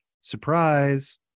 surprise